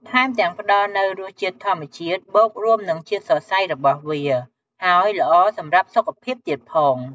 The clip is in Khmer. ថែមទាំងផ្តល់នូវរសជាតិធម្មជាតិបូករួមនឹងជាតិសរសៃរបស់វា ហើយល្អសម្រាប់សុខភាពទៀតផង។